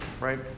Right